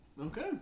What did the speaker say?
Okay